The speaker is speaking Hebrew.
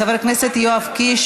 חבר הכנסת יואב קיש,